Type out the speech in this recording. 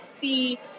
see